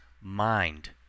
mind